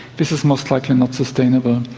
this is most likely not sustainable.